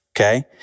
Okay